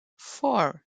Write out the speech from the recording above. four